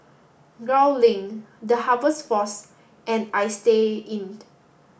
Gul Link The Harvest Force and Istay Inn